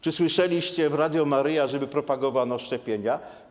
Czy słyszeliście w Radio Maryja, żeby propagowano szczepienia?